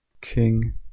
King